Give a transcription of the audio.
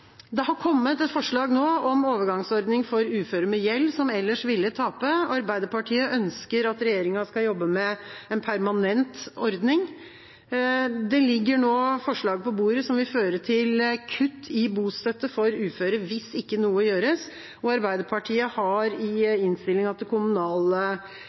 har nå kommet et forslag om overgangsordning for uføre med gjeld som ellers ville tape. Arbeiderpartiet ønsker at regjeringa skal jobbe med en permanent ordning. Det ligger nå forslag på bordet som vil føre til kutt i bostøtte for uføre hvis ikke noe gjøres. Og Arbeiderpartiet har